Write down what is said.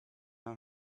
know